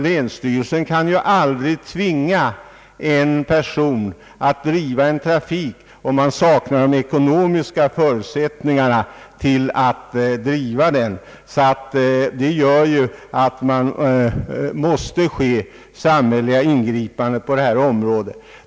Länsstyrelsen kan ju aldrig tvinga en person att driva ett trafikföretag om han saknar de ekonomiska förutsättningarna. Det måste därför ske samhälleliga ingripanden på detta område.